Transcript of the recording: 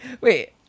Wait